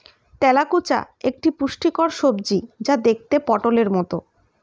তেলাকুচা একটি পুষ্টিকর সবজি যা দেখতে পটোলের মতো